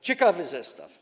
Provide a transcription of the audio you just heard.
Ciekawy zestaw.